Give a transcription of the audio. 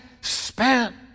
spent